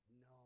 No